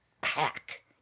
pack